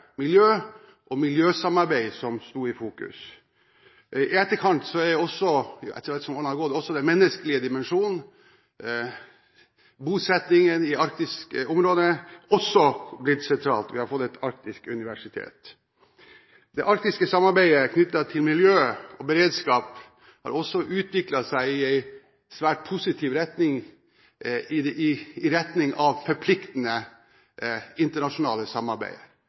miljø og miljøsamarbeid som sto i fokus. Etter som årene har gått, er den menneskelige dimensjonen – bosettingen i arktisk område – også blitt sentralt, og vi har fått et arktisk universitet. Det arktiske samarbeidet knyttet til miljø og beredskap har også utviklet seg i en svært positiv retning, i retning av forpliktende internasjonalt samarbeid. Det gjelder særlig beredskap etter hvert som seilingsleden i Nordøst- og Nordvestpassasjen åpnes, forpliktende